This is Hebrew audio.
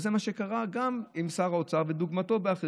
וזה מה שקרה גם עם שר האוצר ודוגמתו, עם אחרים,